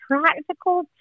practical